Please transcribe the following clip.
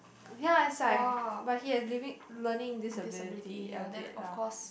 ya it's like but he has living learning disability a bit lah